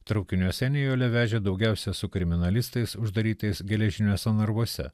traukiniuose nijolė vežė daugiausia su kriminalistais uždarytais geležiniuose narvuose